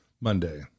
Monday